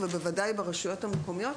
ובוודאי ברשויות המקומיות,